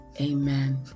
Amen